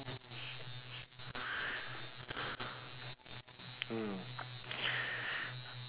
mm